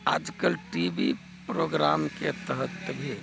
आजकल T V प्रोग्रामके तहत भी